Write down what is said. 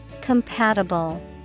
Compatible